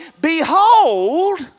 Behold